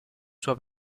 sua